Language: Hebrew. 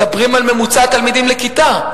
מדברים על ממוצע תלמידים לכיתה.